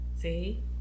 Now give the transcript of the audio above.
See